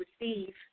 receive